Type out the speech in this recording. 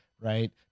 right